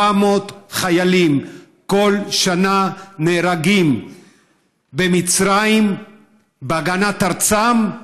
700 חיילים כל שנה נהרגים במצרים על הגנת ארצם,